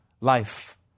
life